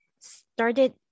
started